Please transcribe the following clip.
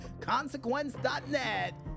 Consequence.net